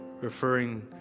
referring